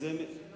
מה